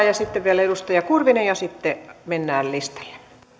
ja sitten vielä edustaja kurvisella ja sitten mennään listalle